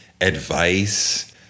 advice—